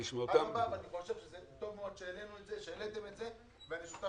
אני חושב שזה טוב מאוד שהעליתם את זה ואני שותף